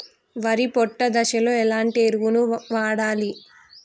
వరి పొట్ట దశలో ఎలాంటి ఎరువును వాడాలి?